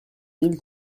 mille